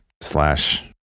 slash